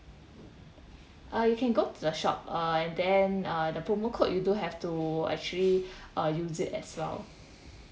ah you can go to the shop uh then uh the promo code you do have to actually uh use it as well